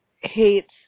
hates